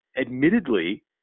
admittedly